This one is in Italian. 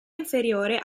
inferiore